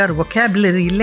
vocabulary